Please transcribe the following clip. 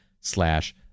slash